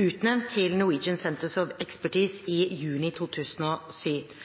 utnevnt til Norwegian Centre of Expertise i juni 2007,